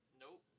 Nope